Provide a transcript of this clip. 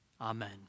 Amen